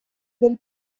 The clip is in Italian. del